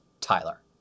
Tyler